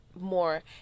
more